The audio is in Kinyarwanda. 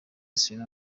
serena